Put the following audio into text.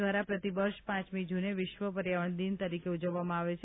દ્વારા પ્રતિ વર્ષ પાંચમી જૂને વિશ્વ પર્યાવરણ દિન તરીકે ઉજવવામાં આવે છે